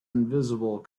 invisible